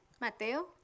Mateo